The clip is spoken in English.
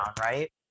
right